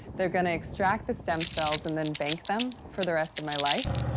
they're gonna extract the stem cells, and then bank them for the rest of my life.